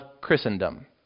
Christendom